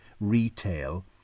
retail